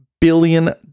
billion